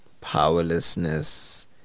powerlessness